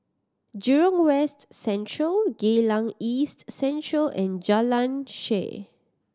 Jurong West Central Geylang East Central and Jalan Shaer